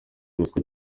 ruswa